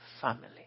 family